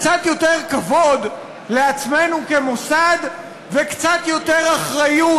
קצת יותר כבוד לעצמנו כמוסד וקצת יותר אחריות